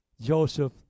Joseph